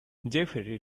jeffery